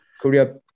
korea